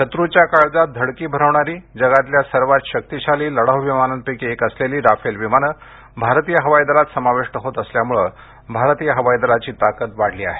शत्र्च्या काळजात धडकी भरवणारी जगातल्या सर्वात शक्तिशाली लढाऊ विमानांपैकी एक असलेली राफेल विमानं भारतीय हवाई दलात समाविष्ट होत असल्यामुळे भारतीय हवाई दलाची ताकद वाढली आहे